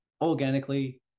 organically